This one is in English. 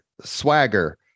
Swagger